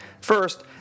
First